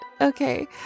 okay